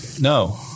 no